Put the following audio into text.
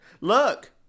Look